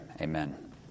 Amen